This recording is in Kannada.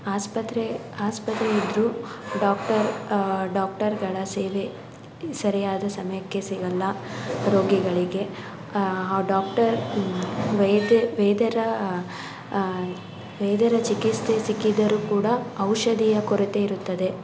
ಆಸ್ಪತ್ರೆ ಆಸ್ಪತ್ರೆ ಇದ್ದರೂ ಡಾಕ್ಟರ್ ಡಾಕ್ಟರ್ಗಳ ಸೇವೆ ಸರಿಯಾದ ಸಮಯಕ್ಕೆ ಸಿಗಲ್ಲ ರೋಗಿಗಳಿಗೆ ಡಾಕ್ಟರ್ ವೈದ್ಯ ವೈದ್ಯರ ವೈದ್ಯರ ಚಿಕಿತ್ಸೆ ಸಿಕ್ಕಿದರೂ ಕೂಡ ಔಷಧಿಯ ಕೊರತೆ ಇರುತ್ತದೆ